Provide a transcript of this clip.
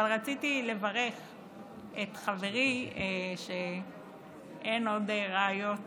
אבל רציתי לברך את חברי, אין עוד רעיות